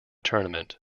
tournament